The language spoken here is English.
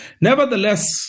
Nevertheless